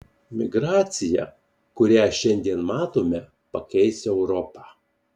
migracija kurią šiandien matome pakeis europą